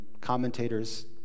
commentators